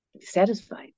satisfied